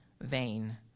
vain